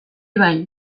bai